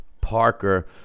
Parker